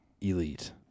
elite